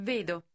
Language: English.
Vedo